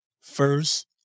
First